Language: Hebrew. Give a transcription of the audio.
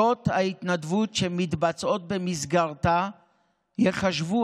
שעות ההתנדבות שמתבצעות במסגרתה ייחשבו